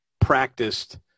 practiced